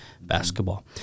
basketball